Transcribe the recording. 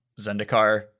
Zendikar